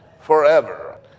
forever